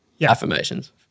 affirmations